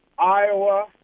Iowa